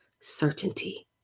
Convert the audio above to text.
certainty